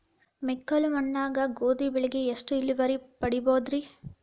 ಮೆಕ್ಕಲು ಮಣ್ಣಾಗ ಗೋಧಿ ಬೆಳಿಗೆ ಎಷ್ಟ ಇಳುವರಿ ಪಡಿಬಹುದ್ರಿ?